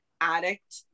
addict